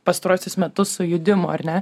pastaruosius metus sujudimo ar ne